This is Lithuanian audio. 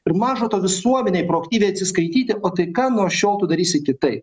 ir maža to visuomenei proaktyviai atsiskaityti o tai ką nuo šiol tu darysi kitaip